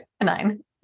nine